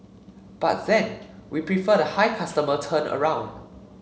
but then we prefer the high customer turnaround